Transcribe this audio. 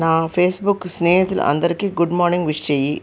నా ఫేస్బుక్ స్నేహితులు అందరికి గుడ్ మార్నింగ్ విష్ చేయి